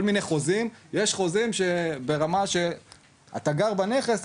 שמראה כל מיני חוזים ויש חוזים שהם ברמה של "אתה גר בנכס,